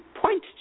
point